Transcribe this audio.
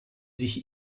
sich